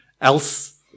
else